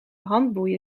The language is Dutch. handboeien